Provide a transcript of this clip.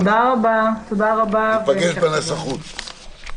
נפגש בנסחות.